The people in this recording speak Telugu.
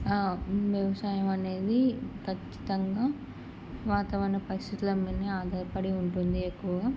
వ్యవసాయం అనేది ఖచ్చితంగా వాతావరణ పరిస్థితుల మీదనే ఆధారపడి ఉంటుంది ఎక్కువగా